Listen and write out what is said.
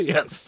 Yes